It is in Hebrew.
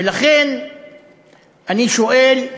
ולכן אני שואל,